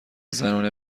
زنونه